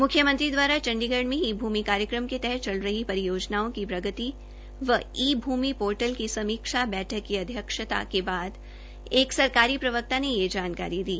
मुख्यमंत्री द्वारा चंडीगढ़ में ई भूमि कार्यक्रम के तहत चल रही परियोजनाओं की प्रगति व ई भूमि पोर्टल की समीक्षा बैठक की अध्यक्षता के बाद एक सरकारी प्रवक्ता ने यह जानकारी दी